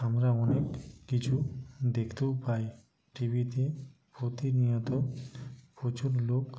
আমরা অনেক কিছু দেখতেও পাই টি ভিতে প্রতিনিয়ত প্রচুর লোক